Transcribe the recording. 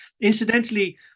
Incidentally